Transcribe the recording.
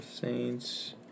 Saints